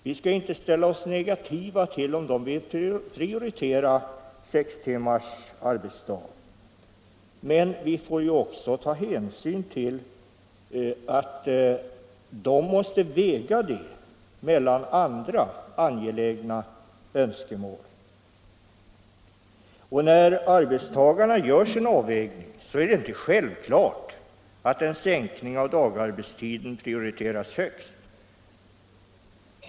Vi skall inte ställa oss negativa om de vill prioritera sex timmars arbetsdag, men vi får också ta hänsyn till att de måste väga detta mot andra angelägna önskemål. När arbetstagarna gör sin avvägning är det inte självklart att en sänkning av dagarbetstiden prioriteras högst.